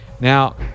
Now